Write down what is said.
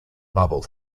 marble